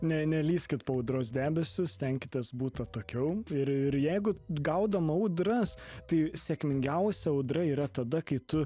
ne nelįskit po audros debesiu stenkitės būt atokiau ir ir jeigu gaudom audras tai sėkmingiausia audra yra tada kai tu